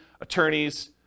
attorneys